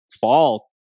fall